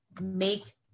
make